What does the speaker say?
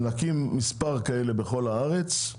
נקים מספר כאלה בכל הארץ,